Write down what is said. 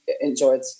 enjoyed